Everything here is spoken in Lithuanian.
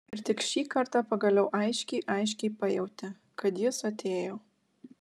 ir tik šį kartą pagaliau aiškiai aiškiai pajautė kad jis atėjo